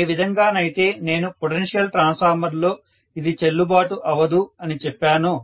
ఏవిధంగానైతే నేను potential transformer లో ఇది చెల్లుబాటు అవదు అని చెప్పానో